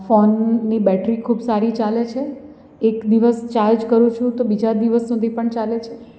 ફોનની બેટરી ખૂબ સારી ચાલે છે એક દિવસ ચાર્જ કરું છું તો બીજા દિવસ સુધી પણ ચાલે છે